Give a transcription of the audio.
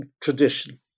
tradition